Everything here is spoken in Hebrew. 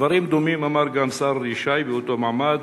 דברים דומים אמר גם השר ישי באותו מעמד.